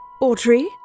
Audrey